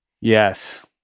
Yes